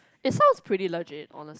it sounds pretty legit honest